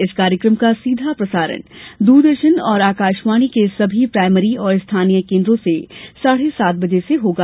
इस कार्यकम का सीधा प्रसारण द्रदर्शन और आकाशवाणी के सभी प्रायमरी और स्थानीय केन्द्रों से साढे सात बजे से होगा